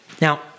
Now